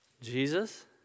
Jesus